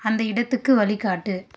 அந்த இடத்துக்கு வழி காட்டு